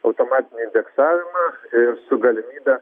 automatinį indeksavimą ir su galimybe